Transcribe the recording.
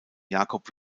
jakob